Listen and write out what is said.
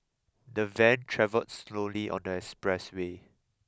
the van travelled slowly on the expressway